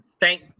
Thank